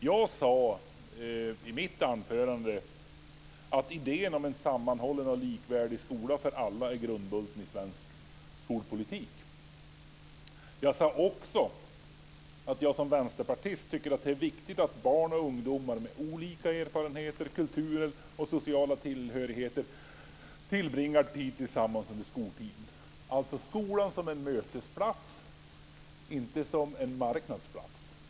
Jag sade i mitt anförande att idén om en sammanhållen och likvärdig skola för alla är grundbulten i svensk skolpolitik. Jag sade också att jag som vänsterpartist tycker att det är viktigt att barn och ungdomar med olika erfarenheter, kultur och social tillhörighet tillbringar tid tillsammans under skoltiden. Jag pratade om skolan som en mötesplats, inte som en marknadsplats.